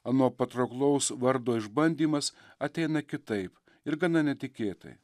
ano patrauklaus vardo išbandymas ateina kitaip ir gana netikėtai